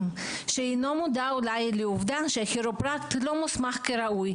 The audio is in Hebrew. שאינו מודע אולי לעובדה שהכירופרקט לא מוסמך כראוי,